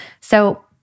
So-